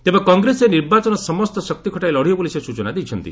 ତେବେ କଂଗ୍ରେସ ଏହି ନିର୍ବାଚନ ସମସ୍ତ ଶକ୍ତି ଖଟାଇ ଲଢ଼ିବ ବୋଲି ସେ ସୂଚନା ଦେଇଛନ୍ତି